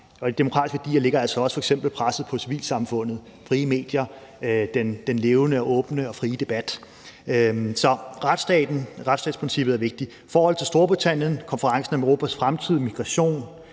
de demokratiske værdier ligger der altså også f.eks. presset på civilsamfundet, på frie medier og den levende, åbne og frie debat. Så retsstatsprincippet er vigtigt. Forholdet til Storbritannien, konferencen om Europas fremtid, migration,